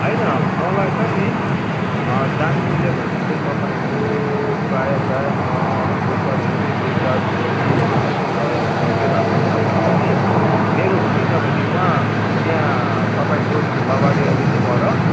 हैन मलाई त नि दाम मिल्यो भने चाहिँ तपाईँको प्राय प्राय म दुई चार जोडी दुई चार जोडी सबै नै ल लगिराखौँ भनेको कि मेरो किनभने वहाँ यहाँ तपाईँको धुलाबाडी अलिक पर